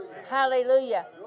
Hallelujah